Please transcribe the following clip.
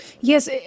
Yes